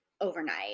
overnight